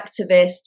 activist